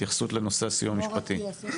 התייחסות לנושא הסיוע המשפטי.